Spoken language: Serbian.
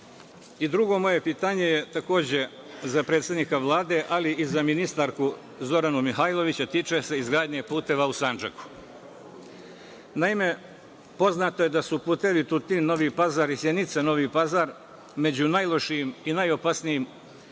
moje pitanje je takođe za predsednika Vlade, ali i za ministarku Zoranu Mihajlović, a tiče se izgradnje puteva u Sandžaku. Naime, poznato da su putevi Tunin-Novi Pazar i Sjenica-Novi Pazar među najlošijim i najopasnijim